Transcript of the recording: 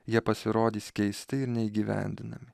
jie pasirodys keisti ir neįgyvendinami